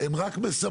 הן רק מסבכות,